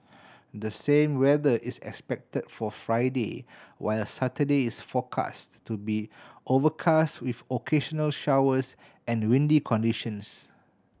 the same weather is expected for Friday while Saturday is forecast to be overcast with occasional showers and windy conditions